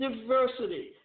diversity